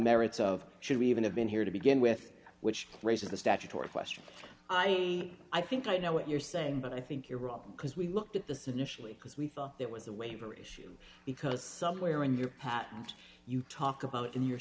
merits of should we even have been here to begin with which raises the statutory question i i think i know what you're saying but i think you're wrong because we looked at this initial way because we thought there was a waiver issue because somewhere in your patent you talk about it in your